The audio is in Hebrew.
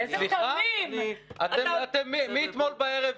מאתמול בערב,